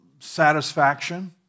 satisfaction